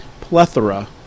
plethora